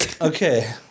Okay